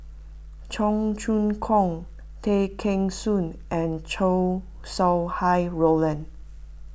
Cheong Choong Kong Tay Kheng Soon and Chow Sau Hai Roland